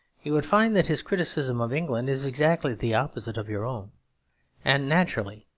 you would find that his criticism of england is exactly the opposite of your own and naturally,